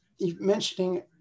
Mentioning